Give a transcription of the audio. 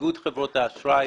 מחברות האשראי